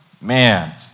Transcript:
Man